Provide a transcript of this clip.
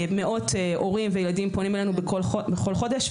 מאות הורים וילדים פונים אלינו בכל חודש,